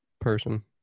person